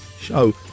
show